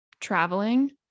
traveling